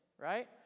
right